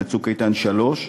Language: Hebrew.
ל"צוק איתן 3",